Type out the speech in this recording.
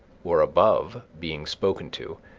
or above, being spoken to,